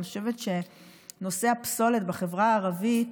אני חושבת שנושא הפסולת בחברה הערבית